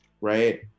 right